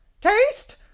taste